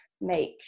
make